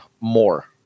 more